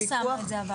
אבל לא פרסמנו את זה.